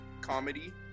comedy